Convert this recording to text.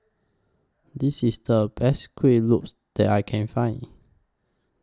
This IS The Best Kuih Lopes that I Can Find